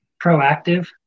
proactive